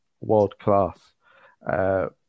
world-class